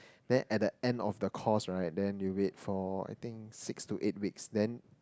then at the end of the course right then you wait for I think six to eight weeks then